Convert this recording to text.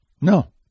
No